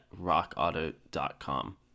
rockauto.com